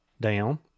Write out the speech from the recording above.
down